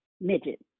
midget